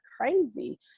crazy